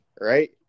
Right